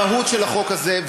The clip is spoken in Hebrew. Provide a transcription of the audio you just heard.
המהות של החוק הזה,